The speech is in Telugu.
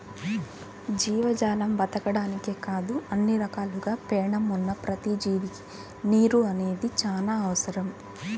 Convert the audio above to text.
జీవజాలం బతకడానికే కాదు అన్ని రకాలుగా పేణం ఉన్న ప్రతి జీవికి నీరు అనేది చానా అవసరం